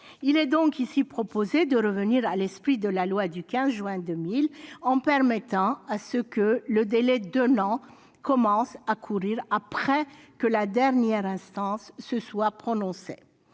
Il est donc proposé ici de revenir à l'esprit de la loi du 15 juin 2000, en permettant que le délai d'un an commence à courir après que la dernière instance s'est prononcée.